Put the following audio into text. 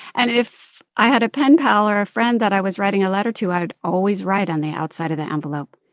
and if i had a pen pal or a friend that i was writing a letter to, i would always write on the outside of the envelope,